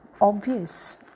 obvious